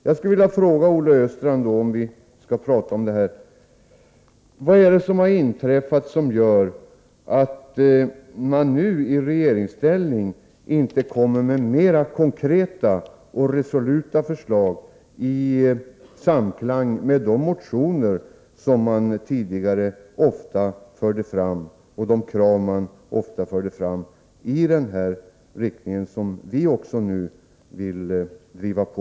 Jag skulle vilja fråga Olle Östrand: Vad har inträffat som gör att socialdemokraterna nu i regeringsställning inte kommer med mera konkreta och resoluta förslag i samklang med de motioner och krav i denna riktning som man tidigare ofta förde fram och som vi nu också vill driva på?